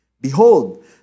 Behold